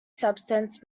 substance